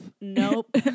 nope